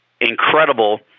incredible